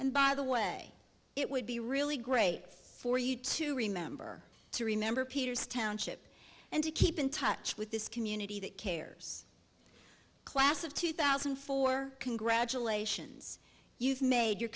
and by the way it would be really great for you to remember to remember peters township and to keep in touch with this community that cares class of two thousand and four congratulations you've made your